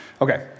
Okay